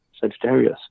sagittarius